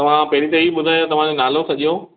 तव्हां पहिरीं त हीअ ॿुधायो तव्हांजो नालो सॼो